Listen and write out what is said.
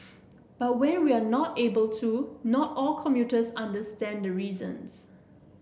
but when we are not able to not all commuters understand the reasons